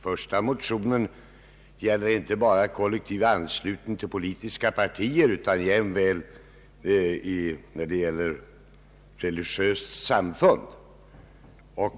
Motionen II: 3 gäller för övrigt inte bara kollektivanslutning till politiskt parti utan jämväl religiöst samfund eller annan sammanslutning.